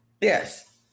Yes